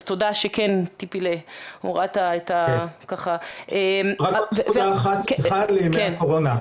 אז תודה שכן טיפה הורדת את ה- -- רק עוד נקודה אחת לימי הקורונה,